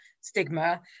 stigma